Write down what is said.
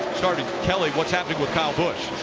kelli, what is happening with kyle busch?